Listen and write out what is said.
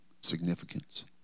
significance